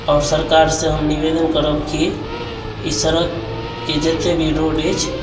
आओर सरकार से हम निवेदन करब कि ई सड़ककेँ जते भी रोड अछि